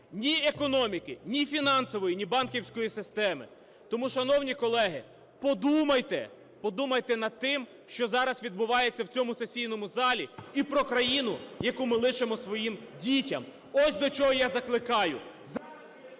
ні економіки, ні фінансової, ні банківської системи. Тому, шановні колеги, подумайте! Подумайте над тим, що зараз відбувається в цьому сесійному залі, і про країну, яку ми лишимо своїм дітям. Ось до чого я закликаю.